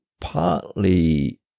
partly